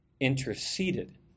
interceded